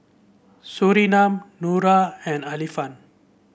Surinam Nura and Alfian